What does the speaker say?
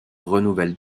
renouvelle